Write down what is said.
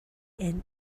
and